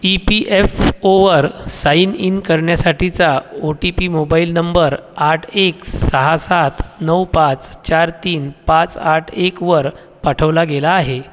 E P F over sign in करण्यासाठीचा OTP mobile number आठ एक सहा सात नऊ पाच चार तीन पाच आठ एकवर पाठवला गेला आहे